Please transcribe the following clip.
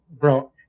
bro